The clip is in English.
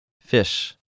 fish